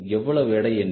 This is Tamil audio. எவ்வளவு எடை என்று